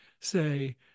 say